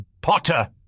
Potter